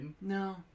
No